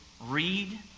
read